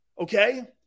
Okay